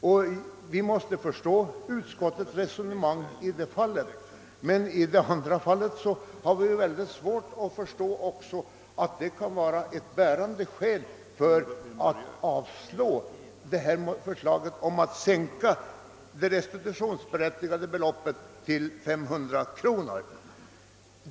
Vi kan visserligen förstå utskottets resonemang, men vi har mycket svårt att inse att det kan vara ett bärande skäl för att avstyrka förslaget om att sänka det restitutionsberättigade beloppet till 500 kronor.